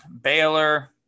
Baylor